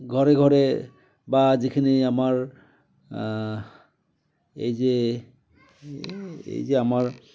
ঘৰে ঘৰে বা যিখিনি আমাৰ এই যে এই যে আমাৰ